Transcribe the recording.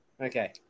Okay